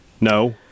No